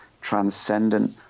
transcendent